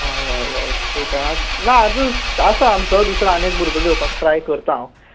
हय हय हय पळयतां आं ना आसा आमचो दुसरो आनी एक भुरगो घेवपाक ट्राय करता हांव